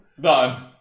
Done